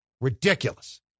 Ridiculous